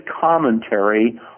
commentary